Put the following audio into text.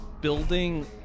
building